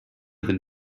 than